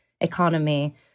economy